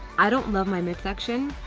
i don't love my mid-section,